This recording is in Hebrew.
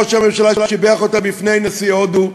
ראש הממשלה שיבח אותה בפני נשיא הודו,